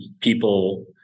people